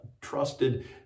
trusted